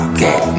get